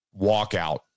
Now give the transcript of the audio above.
walkout